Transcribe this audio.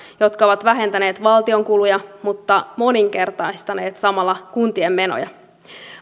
jotka ovat vähentäneet valtion kuluja mutta moninkertaistaneet samalla kuntien menoja